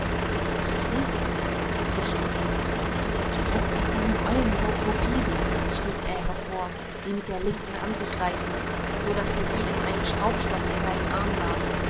was willst du zischte sie du läßt dir von dem eulenburg hofieren stieß er hervor sie mit der linken an sich reißend so daß sie wie in einem schraubstock in seinem arm lag